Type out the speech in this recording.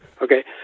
Okay